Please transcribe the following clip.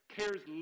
cares